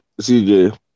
CJ